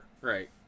Right